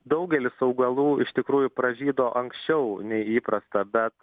daugelis augalų iš tikrųjų pražydo anksčiau nei įprasta bet